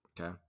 Okay